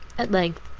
at length,